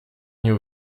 nie